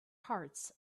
hearts